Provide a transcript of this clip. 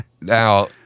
Now